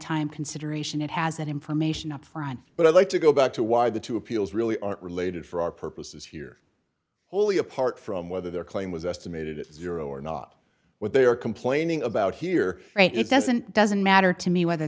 time consideration it has that information up front but i'd like to go back to why the two appeals really aren't related for our purposes here only apart from whether their claim was estimated at zero or not what they are complaining about here it doesn't doesn't matter to me whether